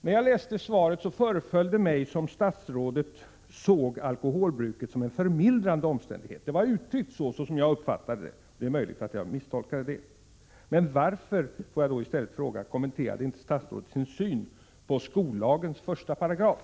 När jag läste svaret föreföll det mig som om statsrådet såg alkoholbruket som en förmildrande omständighet, men det är möjligt att jag misstolkade det. Varför kommenterade inte statsrådet sin syn på 15§ i skollagen?